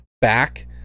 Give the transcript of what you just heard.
back